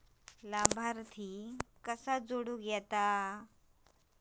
लाभार्थी कसा जोडता येता?